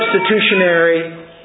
substitutionary